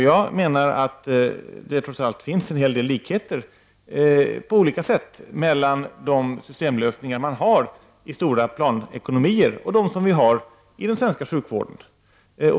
Det finns ju trots allt en hel del likheter på olika sätt mellan systemlösningarna i stora planekonomier och systemlösningarna i den svenska sjukvården.